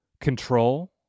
control